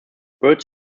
birds